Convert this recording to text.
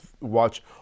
watch